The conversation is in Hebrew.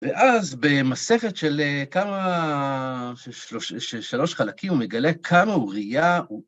ואז במסכת של שלוש חלקים הוא מגלה כמה אוריה...